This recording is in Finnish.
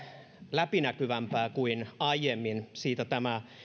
läpinäkyvämpää kuin aiemmin siitä tämä